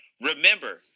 remember